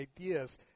ideas